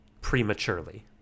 prematurely